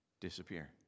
disappear